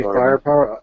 firepower